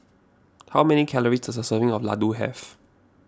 how many calories does a serving of Ladoo have